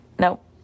Nope